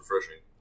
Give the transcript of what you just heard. refreshing